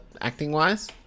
acting-wise